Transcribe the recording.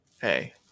Hey